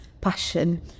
passion